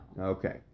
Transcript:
Okay